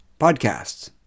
podcasts